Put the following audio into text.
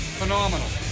phenomenal